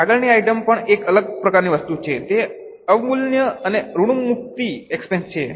આગળની આઇટમ પણ એક અલગ પ્રકારની વસ્તુ છે તે અવમૂલ્યન અને ઋણમુક્તિ એક્સપેન્સ છે